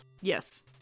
Yes